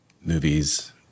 movies